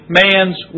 man's